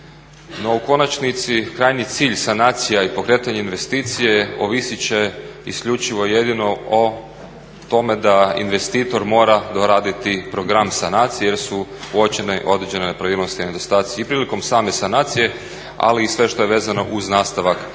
u konačnici krajnji cilj sanacija i pokretanje investicije ovisit će isključivo jedino o tome da investitor mora doraditi program sanacije jer su uočene određene nepravilnosti i nedostaci i prilikom same sanacije, ali sve što je vezano uz nastavak